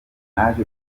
naje